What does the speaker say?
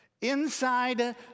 Inside